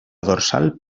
dorsal